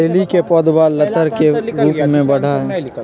करेली के पौधवा लतर के रूप में बढ़ा हई